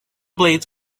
blades